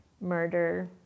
murder